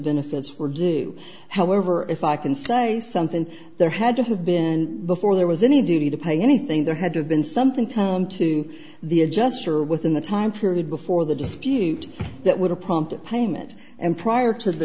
benefits were due however if i can say something there had to have been before there was any duty to pay anything there had to have been something come to the adjuster within the time period before the dispute that would have prompted payment and prior to the